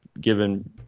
given